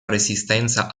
resistenza